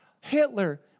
Hitler